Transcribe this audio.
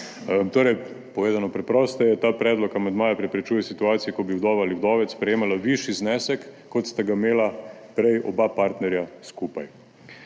Torej, povedano preprosteje, ta predlog amandmaja preprečuje situacije, ko bi vdova ali vdovec prejemala višji znesek, kot sta ga imela prej oba partnerja skupaj.